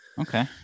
okay